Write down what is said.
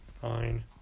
Fine